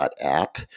App